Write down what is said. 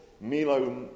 Milo